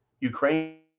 ukraine